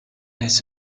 its